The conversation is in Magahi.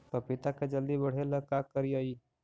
पपिता के जल्दी बढ़े ल का करिअई?